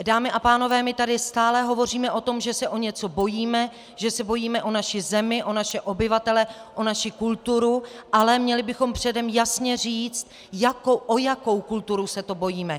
Dámy a pánové, my tady stále hovoříme o tom, že se o něco bojíme, že se bojíme o naši zemi, o naše obyvatele, o naši kulturu, ale měli bychom předem jasně říci, o jakou kulturu se to bojíme.